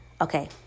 okay